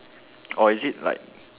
or is it like